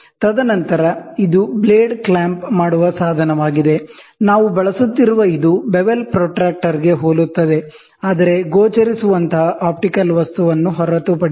ತದನಂತರ ಇದು blade clamp ಮಾಡುವ ಸಾಧನವಾಗಿದೆ ನಾವು ಬಳಸುತ್ತಿರುವ ಇದು ಬೆವೆಲ್ ಪ್ರೊಟ್ರಾಕ್ಟರ್ಗೆ ಹೋಲುತ್ತದೆ ಆದರೆ ಗೋಚರಿಸುವಂತಹ ಆಪ್ಟಿಕಲ್ ವಸ್ತುವನ್ನು ಹೊರತುಪಡಿಸಿ